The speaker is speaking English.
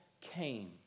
came